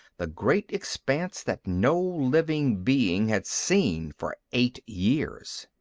the great expanse that no living being had seen for eight years,